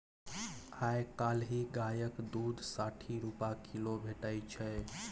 आइ काल्हि गायक दुध साठि रुपा किलो भेटै छै